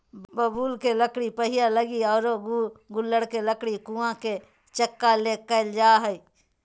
बबूल के लकड़ी पहिया लगी आरो गूलर के लकड़ी कुआ के चकका ले करल जा हइ